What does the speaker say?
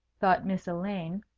thought miss elaine.